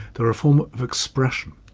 they're a form of expression.